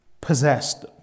possessed